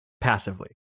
passively